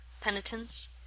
penitence